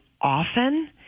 often